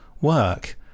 work